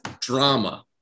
drama